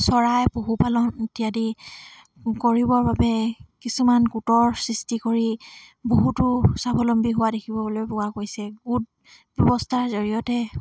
চৰাই পশুপালন ইত্যাদি কৰিবৰ বাবে কিছুমান গোটৰ সৃষ্টি কৰি বহুতো স্বাৱলম্বী হোৱা দেখিবলৈ পোৱা গৈছে গোট ব্যৱস্থাৰ জৰিয়তে